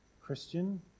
Christian